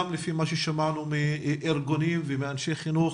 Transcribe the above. גם לפי מה ששמענו מארגונים ומאנשי חינוך,